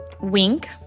wink